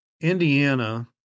Indiana